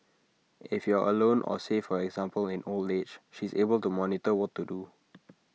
if you are alone or say for example in old age she is able to monitor what to do